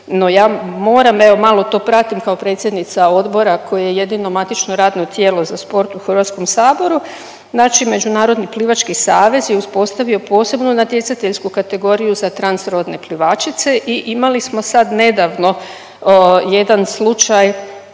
No ja moram, evo malo to pratim kao predsjednica odbora koje je jedino matično radno tijelo za sport u HS, znači Međunarodni plivački savez je uspostavio posebnu natjecateljsku kategoriju za transrodne plivačice i imali smo sad nedavno jedan slučaj